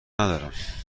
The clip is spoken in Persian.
ندارم